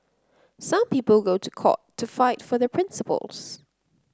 some people go to court to fight for their principles